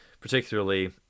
particularly